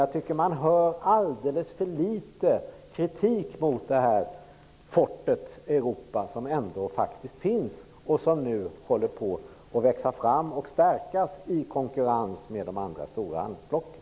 Jag tycker att man hör alldeles för litet kritik mot fortet Europa som ändå finns och som nu håller på att växa fram och stärkas i konkurrens med de andra stor handelsblocken.